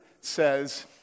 says